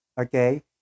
Okay